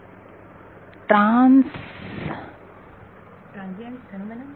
trans विद्यार्थी transients phenomenon